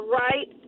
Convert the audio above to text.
right